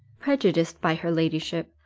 prejudiced by her ladyship,